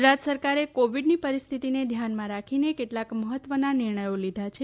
ગુજરાત સરકારે કોવિડની પરિસ્થિતિને ધ્યાનમાં લઈને કેટલાંક મહત્વના નિર્ણયો લીધા છે